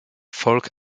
volk